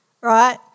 right